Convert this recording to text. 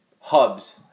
hubs